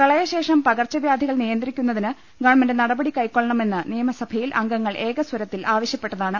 പ്രളയശേഷം പകർച്ച വ്യാധികൾ നിയന്ത്രിക്കുന്നതിന് ഗവൺമെന്റ് നടപടി കൈക്കൊള്ളണമെന്ന് നിയമസഭയിൽ അംഗങ്ങൾ ഏകസ്വരത്തിൽ ആവശ്യപ്പെട്ടതാണ്